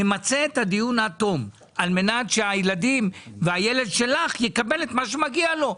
נמצה את הדיון עד תום על מנת שהילדים והילד שלך יקבלו את מה שמגיע להם.